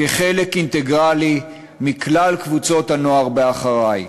כחלק אינטגרלי של כלל קבוצות הנוער ב"אחריי!".